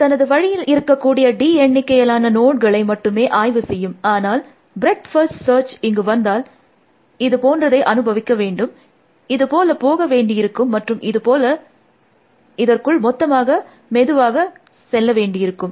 அது தனது வழியில் இருக்கக்கூடிய d எண்ணிக்கையிலான நோட்களை மட்டுமே ஆய்வு செய்யும் ஆனால் ப்ரெட்த் ஃபர்ஸ்ட் சர்ச் இங்கு வந்தால் அது இது போன்றதை அனுபவிக்க வேண்டும் இது போல போக வேண்டியிருக்கும் மற்றும் இது போல மற்றும் இதற்குள் மொத்தமாக மெதுவாக மெதுவாக செல்ல வேண்டியதிருக்கும்